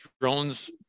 drones